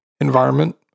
environment